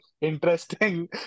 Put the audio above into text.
interesting